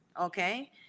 okay